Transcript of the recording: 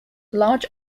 large